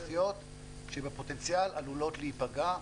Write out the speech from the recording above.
לאוכלוסיות שבפוטנציאל עלולות להיפגע.